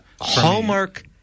Hallmark